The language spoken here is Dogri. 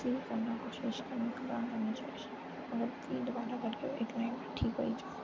फ्ही ठीक करने दी कोशश करनी घबराना नेईं होर फ्ही द्वारा करगे ओह् इक ना इक दिन ठीक होई जाना